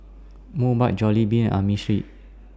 Mobike Jollibean Amerisleep